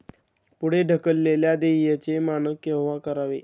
पुढे ढकललेल्या देयचे मानक केव्हा करावे?